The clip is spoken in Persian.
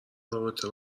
رابطه